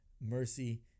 mercy